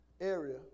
area